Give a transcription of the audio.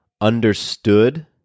understood